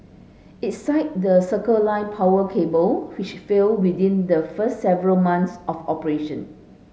it cited the Circle Line power cable which failed within the first several months of operation